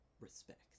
respect